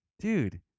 dude